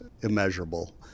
immeasurable